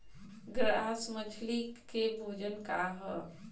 Grass मछली के भोजन का ह?